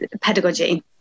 pedagogy